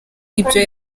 ibyo